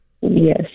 Yes